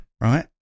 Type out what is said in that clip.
right